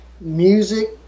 Music